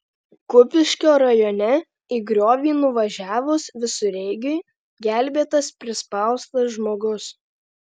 kupiškio rajone į griovį nuvažiavus visureigiui gelbėtas prispaustas žmogus